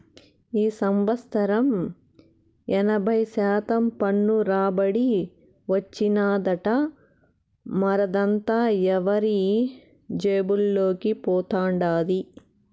ఈ సంవత్సరం ఎనభై శాతం పన్ను రాబడి వచ్చినాదట, మరదంతా ఎవరి జేబుల్లోకి పోతండాది